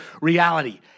reality